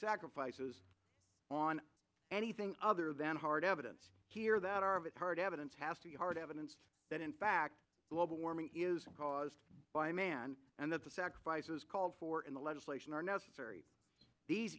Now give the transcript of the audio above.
sacrifices on anything other than hard evidence here that are that hard evidence has to be hard evidence that in fact global warming is caused by man and that the sacrifices called for in the legislation are necessary these